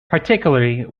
particularly